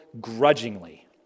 grudgingly